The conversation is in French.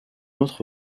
autre